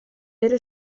era